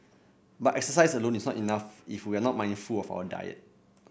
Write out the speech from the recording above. but exercise alone is not enough if we are not mindful of our diet